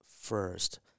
first